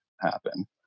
happen